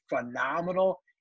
phenomenal